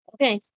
Okay